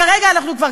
כרגע אנחנו כבר,